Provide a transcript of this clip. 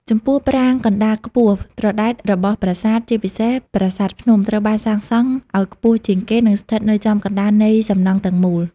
ចំពោះ ប្រាង្គកណ្ដាលខ្ពស់ត្រដែតរបស់ប្រាសាទ ជាពិសេសប្រាសាទភ្នំ ត្រូវបានសាងសង់ឱ្យខ្ពស់ជាងគេ និងស្ថិតនៅចំកណ្តាលនៃសំណង់ទាំងមូល។